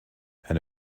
and